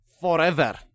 forever